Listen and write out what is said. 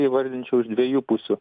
įvardinčiau iš dviejų pusių